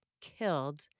killed